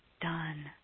done